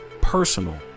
personal